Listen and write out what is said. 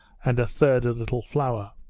and a third a little flour.